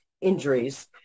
injuries